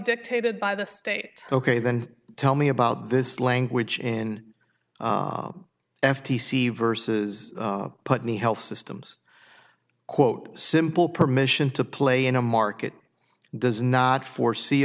dictated by the state ok then tell me about this language in f t c versus put in the health systems quote simple permission to play in a market does not foresee